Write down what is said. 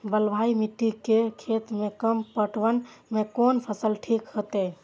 बलवाही मिट्टी के खेत में कम पटवन में कोन फसल ठीक होते?